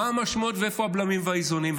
מה המשמעות ואיפה הבלמים והאיזונים.